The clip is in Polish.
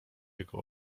jego